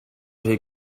rhy